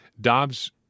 Dobbs